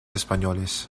españoles